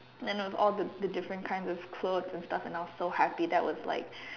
and then with all the different kind of clothes and stuff I was so happy that was like